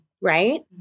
Right